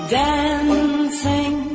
dancing